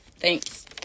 Thanks